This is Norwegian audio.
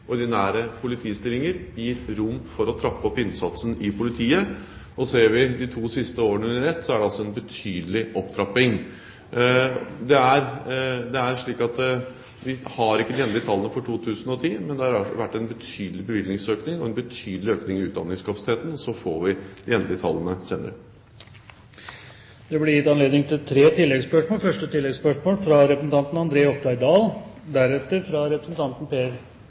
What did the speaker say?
ordinære politistillinger, gir rom for å trappe opp innsatsen i politiet. Og ser vi de to siste årene under ett, er det altså en betydelig opptrapping. Vi har ikke de endelige tallene for 2010, men det har vært en betydelig bevilgningsøkning og en betydelig økning i utdanningskapasiteten. Så får vi de endelige tallene senere. Det blir gitt anledning til tre oppfølgingsspørsmål – først André Oktay Dahl. Kjernen i spørsmålet til representanten